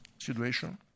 situation